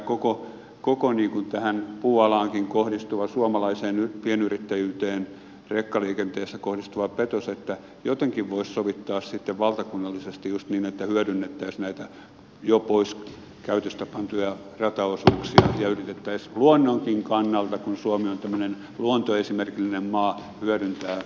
tämä koko tähän puualaankin kohdistuva suomalaiseen pienyrittäjyyteen rekkaliikenteessä kohdistuva petos on ollut niin häikäilemätön että jotenkin voisi sovittaa sitten valtakunnallisesti just niin että hyödynnettäisiin näitä jo pois käytöstä pantuja rataosuuksia ja yritettäisiin luonnonkin kannalta kun suomi on tämmöinen luontoesimerkillinen maa hyödyntää rautateitä enemmän